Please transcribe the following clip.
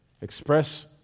express